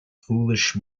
foolish